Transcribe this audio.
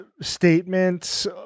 statements